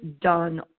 done